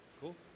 Cool